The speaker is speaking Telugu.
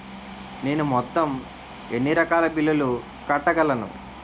నేను మొత్తం ఎన్ని రకాల బిల్లులు కట్టగలను?